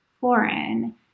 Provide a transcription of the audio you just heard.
foreign